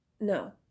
No